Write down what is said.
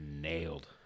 nailed